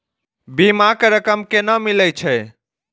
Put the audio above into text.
बीमा के रकम केना मिले छै?